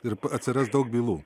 ir atsiras daug bylų